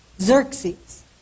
Xerxes